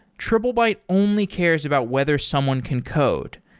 triplebyte only cares about whether someone can code.